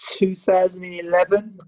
2011